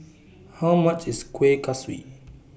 How much IS Kuih Kaswi